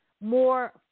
more